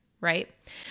right